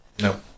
No